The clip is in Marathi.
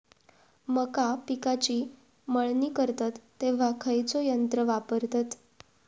मका पिकाची मळणी करतत तेव्हा खैयचो यंत्र वापरतत?